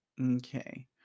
Okay